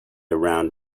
around